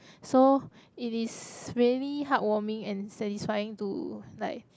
so it is really heartwarming and satisfying to like